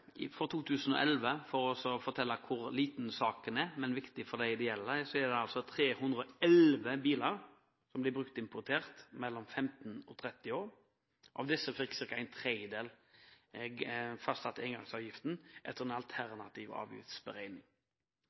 for å fortelle hvor liten saken er – men viktig for dem det gjelder – at i 2011 ble 311 biler mellom 15 og 30 år bruktimportert. Av disse fikk ca. en tredjedel fastsatt engangsavgiften etter den alternative